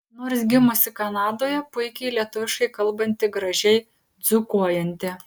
nors gimusi kanadoje puikiai lietuviškai kalbanti gražiai dzūkuojanti